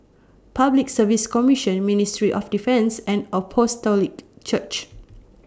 Public Service Commission Ministry of Defence and Apostolic Church